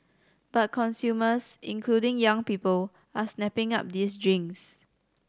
but consumers including young people are snapping up these drinks